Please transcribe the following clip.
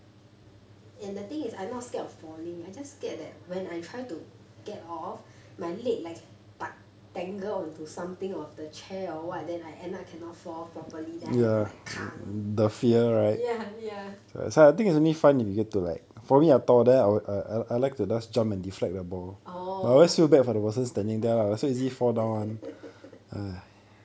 and the thing is I not scared of falling I just scared that when I try to get off my leg like tug tangle onto something of the chair or what then I end up cannot fall off properly then I have to like 抗 ya ya orh